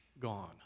Gone